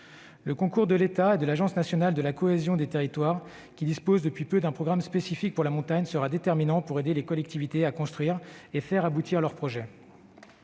Le concours de l'État et de l'Agence nationale de la cohésion des territoires, qui dispose depuis peu d'un programme spécifique pour la montagne, sera déterminant pour aider les collectivités à construire et à faire aboutir leurs projets.